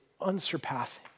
unsurpassing